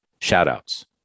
shout-outs